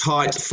Tight